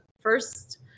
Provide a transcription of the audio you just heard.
first